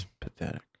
Pathetic